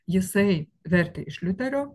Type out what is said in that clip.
jisai vertė iš liuterio